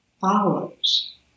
follows